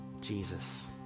Jesus